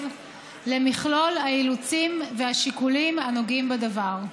למכלול האילוצים והשיקולים הנוגעים בדבר.